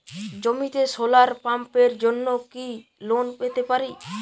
জমিতে সোলার পাম্পের জন্য কি লোন পেতে পারি?